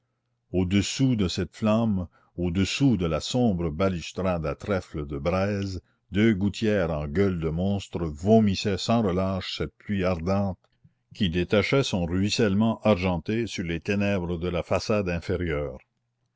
au-dessous de cette flamme au-dessous de la sombre balustrade à trèfles de braise deux gouttières en gueules de monstres vomissaient sans relâche cette pluie ardente qui détachait son ruissellement argenté sur les ténèbres de la façade inférieure